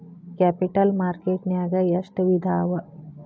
Capital market ನ್ಯಾಗ್ ಎಷ್ಟ್ ವಿಧಾಅವ?